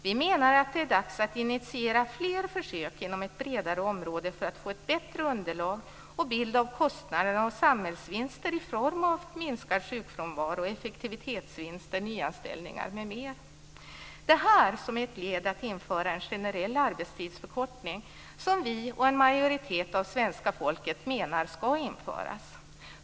Vi menar att det är dags att initiera fler försök inom ett vidare område för att få ett bättre underlag och en bättre bild av kostnaderna och samhällsvinsterna i form av minskad sjukfrånvaro, effektivitetsvinster, nyanställningar m.m. - detta som ett led i arbetet med att införa en generell arbetstidsförkortning, som vi och en majoritet av svenska folket menar skall införas.